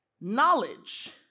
knowledge